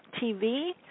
TV